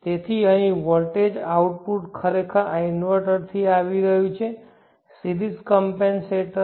તેથી અહીં voltage output ખરેખર આ ઇન્વર્ટરથી આવી રહ્યું છે સિરીઝ કમપેનસેટર